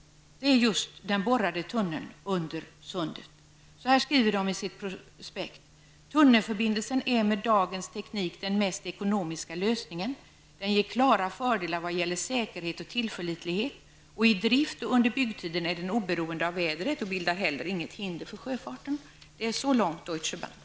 Man skriver så här: ''Tunnelförbindelsen är med dagens teknik den mest ekonomiska lösningen. Den ger klara fördelar vad gäller säkerhet och tillförlitlighet. I drift och under byggtiden är den oberoende av vädret och bildar inget hinder för sjöfarten.'' Så långt Deutsche Bank.